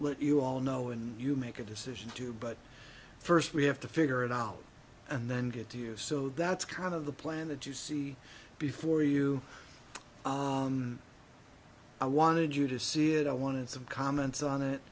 let you all know and you make a decision too but first we have to figure it out and then get to you so that's kind of the planet you see before you i wanted you to see it i wanted some comments on it